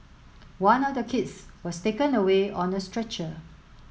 one of the kids was taken away on a stretcher